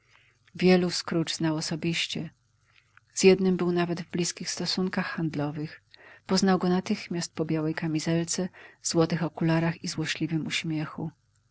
wielu scrooge znał osobiście z jednym był nawet w blizkich stosunkach handlowych poznał go natychmiast po białej kamizelce złotych okularach i złośliwym uśmiechu